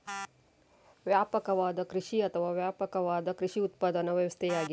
ವ್ಯಾಪಕವಾದ ಕೃಷಿ ಅಥವಾ ವ್ಯಾಪಕವಾದ ಕೃಷಿ ಉತ್ಪಾದನಾ ವ್ಯವಸ್ಥೆಯಾಗಿದೆ